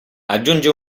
aggiungi